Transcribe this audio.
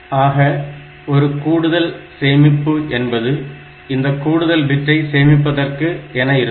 ஆக ஒரு கூடுதல் சேமிப்பு இடம் என்பது இந்த கூடுதல் பிட்டை சேமிப்பதற்கு என இருக்கும்